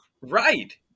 Right